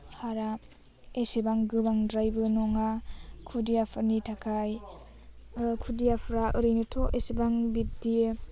हारा एसेबां गोबांद्रायबो नङा खुदियाफोरनि थाखाय खुदियाफ्रा ओरैनोथ' एसेबां बिब्दि